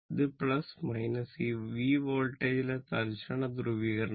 ഇത് ഈ V വോൾട്ടേജിലെ തൽക്ഷണ ധ്രുവീകരണം